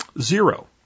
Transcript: zero